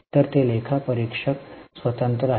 तर ते लेखा परीक्षक स्वतंत्र आहेत